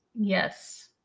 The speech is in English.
Yes